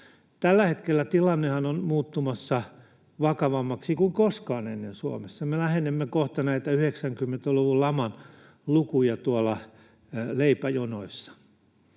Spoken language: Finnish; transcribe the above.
Tällä hetkellä tilannehan on muuttumassa vakavammaksi kuin koskaan ennen Suomessa. Me lähenemme kohta näitä 90-luvun laman lukuja tuolla leipäjonoissa.